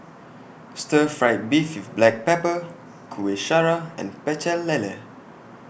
Stir Fried Beef with Black Pepper Kueh Syara and Pecel Lele